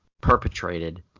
perpetrated